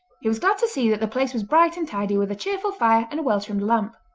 he was glad to see that the place was bright and tidy with a cheerful fire and a well-trimmed lamp.